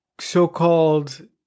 so-called